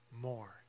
more